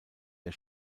der